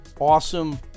awesome